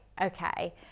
okay